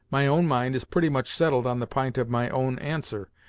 my own mind is pretty much settled on the p'int of my own answer,